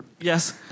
Yes